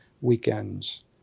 weekends